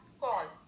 call